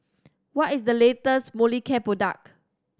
what is the latest Molicare product